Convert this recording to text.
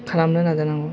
खालामनो नाजानांगौ